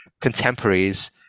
contemporaries